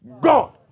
God